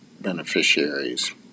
beneficiaries